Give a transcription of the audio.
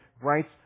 writes